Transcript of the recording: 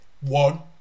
one